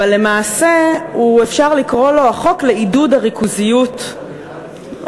אבל למעשה אפשר לקרוא לו החוק לעידוד הריכוזיות הנוסף.